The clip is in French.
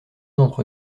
d’entre